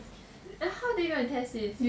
then how are they going to test this